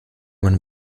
man